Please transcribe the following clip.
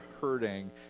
hurting